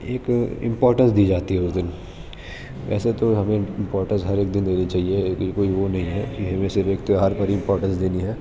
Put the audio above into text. ایک امپورٹنس دی جاتی ہے اس دن ویسے تو ہمیں امپورٹنس ہر ایک دن دینی چاہیے یہ کوئی وہ نہیں ہے کہ ہمیں صرف ایک تیوہار پر امپورٹنس دینی ہے